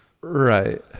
Right